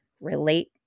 relate